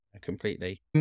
completely